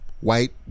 white